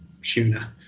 Shuna